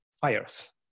fires